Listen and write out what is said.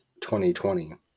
2020